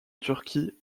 turquie